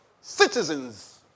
citizens